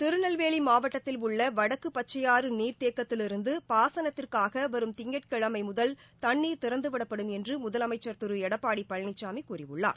திருநெல்வேலி மாவட்டத்தில் உள்ள வடக்கு பச்சையாறு நீாத்தேக்கத்திலிருந்து பாசனத்திற்காக வரும் திங்கட்கிழமை முதல் தண்ணீர் திறந்துவிடப்படும் என்று முதலமைச்சர் திரு எடப்பாடி பழனிசாமி கூறியுள்ளார்